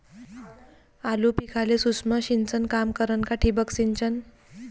आलू पिकाले सूक्ष्म सिंचन काम करन का ठिबक सिंचन?